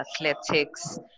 athletics